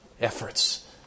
efforts